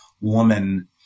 woman